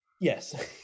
Yes